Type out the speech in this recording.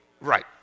right